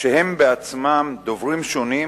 שהם בעצמם, דוברים שונים,